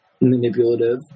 manipulative